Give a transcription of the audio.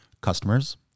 customers